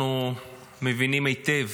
אנחנו מבינים היטב